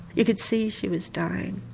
you could see she was dying.